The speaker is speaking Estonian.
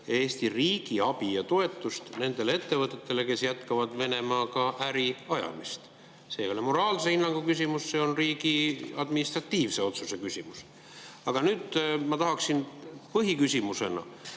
Eesti riigi abi ja toetust nendele ettevõtetele, kes jätkavad Venemaaga äri ajamist. See ei ole moraalse hinnangu küsimus, see on riigi administratiivse otsuse küsimus. Aga ma tahan põhiküsimusena